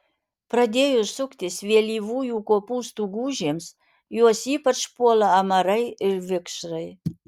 pradėjus suktis vėlyvųjų kopūstų gūžėms juos ypač puola amarai ir vikšrai